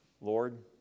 Lord